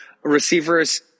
receivers